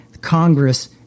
Congress